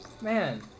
Man